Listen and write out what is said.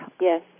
Yes